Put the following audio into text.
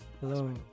Hello